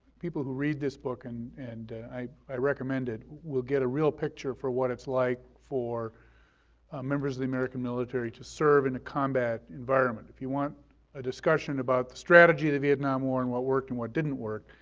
people who read this book and and i i recommend it will get a real picture for what it's like for members of the american military to serve in a combat environment. if you want a discussion about the strategy of the vietnam war and what worked and what didn't work,